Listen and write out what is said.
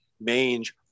mange